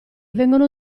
vengono